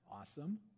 Awesome